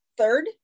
Third